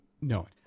No